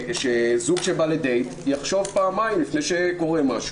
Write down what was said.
שזוג שבא לדייט יחשוב פעמיים לפני שקורה משהו.